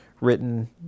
written